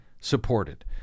supported